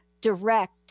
direct